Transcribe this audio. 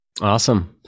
Awesome